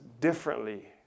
differently